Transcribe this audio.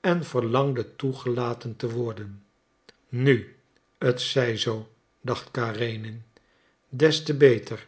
en verlangde toegelaten te worden nu t zij zoo dacht karenin des te beter